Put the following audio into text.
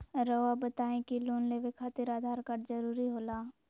रौआ बताई की लोन लेवे खातिर आधार कार्ड जरूरी होला?